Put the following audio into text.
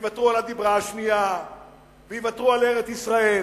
יוותרו על הדיבר השני ויוותרו על ארץ-ישראל,